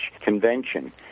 Convention